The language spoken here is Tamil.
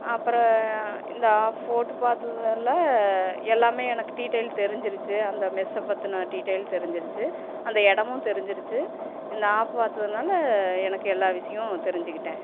அப்புறம் இந்த ஆஃப் போட்டு பார்த்ததுல எல்லாமே எனக்கு டீட்டெயில் தெரிஞ்சிருச்சு அந்த மெஸ்ஸை பற்றின டீட்டெயில் தெரிஞ்சிருச்சு அந்த இடமும் தெரிஞ்சிருச்சு இந்த ஆப் பார்த்ததுனால எனக்கு எல்லா விஷயம் தெரிஞ்சுக்கிட்டேன்